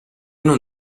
non